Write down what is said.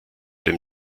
dem